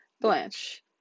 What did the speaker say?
Blanche